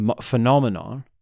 phenomenon